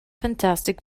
fantastic